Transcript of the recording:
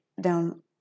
down